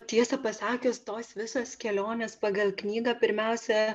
tiesą pasakius tos visos kelionės pagal knygą pirmiausia